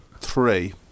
three